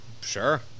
Sure